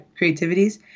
creativities